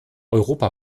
europa